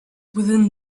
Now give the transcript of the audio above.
within